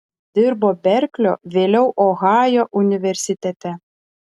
dirbo berklio vėliau ohajo universitete